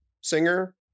singer